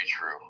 true